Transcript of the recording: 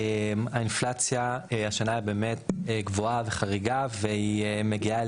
האינפלציה השנה באמת גבוהה וחריגה, והיא מגיעה.